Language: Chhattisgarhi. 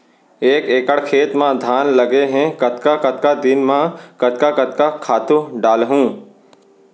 एक एकड़ खेत म धान लगे हे कतका कतका दिन म कतका कतका खातू डालहुँ?